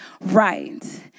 right